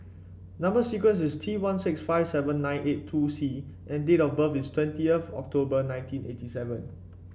number sequence is T one six five seven nine eight two C and date of birth is twentieth October nineteen eighty seven